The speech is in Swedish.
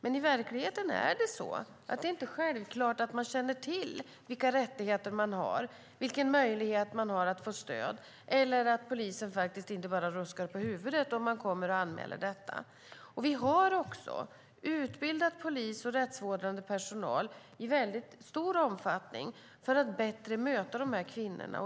I verkligheten är det inte självklart att man känner till vilka rättigheter man har och vilken möjlighet det finns att få stöd eller att polisen inte bara ruskar på huvudet när man vill göra en anmälan. Vi har också utbildat polis och rättsvårdande personal i stor omfattning för att de bättre ska kunna möta dessa kvinnor.